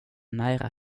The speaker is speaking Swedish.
nära